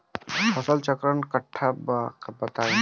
फसल चक्रण कट्ठा बा बताई?